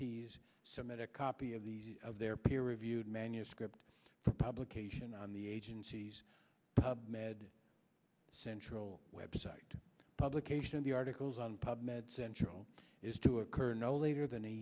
tees so met a copy of the of their peer reviewed manuscript for publication on the agency's pub med central website publication the articles on pub med central is to occur no later than a